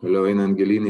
toliau einant gilyn į